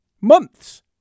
Months